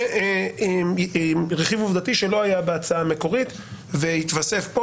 זה רכיב עובדתי שלא היה בהצעה המקורית והתווסף כאן.